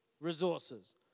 resources